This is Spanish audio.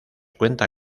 cuenta